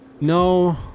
No